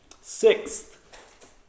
Sixth